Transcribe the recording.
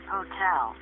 Hotel